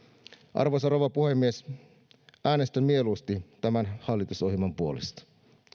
arvoisa rouva puhemies äänestän mieluusti tämän hallitusohjelman puolesta